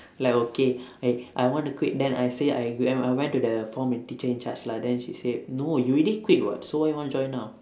like okay I I want to quit then I say I when I went to the form teacher in charge lah then she say no you already quit [what] so why you want to join now